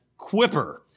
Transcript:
quipper